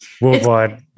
Worldwide